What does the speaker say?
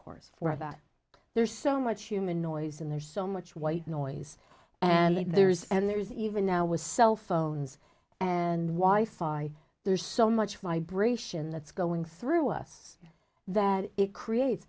course there's so much human noise and there's so much white noise and there's and there's even now with cell phones and why farai there's so much vibration that's going through us that it creates